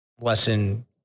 lesson